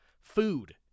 food